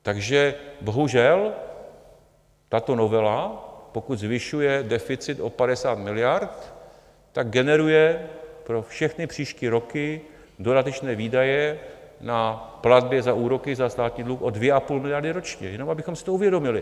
Takže bohužel tato novela, pokud zvyšuje deficit o 50 miliard, generuje pro všechny příští roky dodatečné výdaje na platby za úroky za státní dluh o 2,5 miliardy ročně, jenom bychom si to uvědomili.